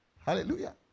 Hallelujah